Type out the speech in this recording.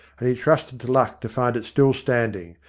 and he trusted to luck to find it still standing,